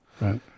Right